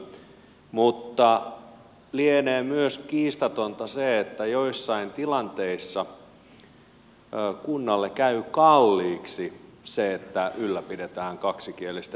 mutta myös se lienee kiistatonta että joissain tilanteissa kunnalle käy kalliiksi ylläpitää kaksikielistä järjestelmää